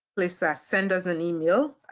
please ah send us an email,